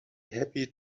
happy